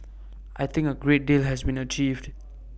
I think A great deal has been achieved